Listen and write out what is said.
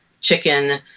chicken